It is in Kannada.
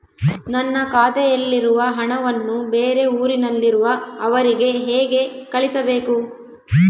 ನನ್ನ ಖಾತೆಯಲ್ಲಿರುವ ಹಣವನ್ನು ಬೇರೆ ಊರಿನಲ್ಲಿರುವ ಅವರಿಗೆ ಹೇಗೆ ಕಳಿಸಬೇಕು?